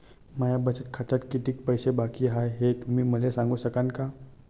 माया बचत खात्यात कितीक पैसे बाकी हाय, हे तुम्ही मले सांगू सकानं का?